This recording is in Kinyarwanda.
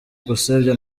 gusebya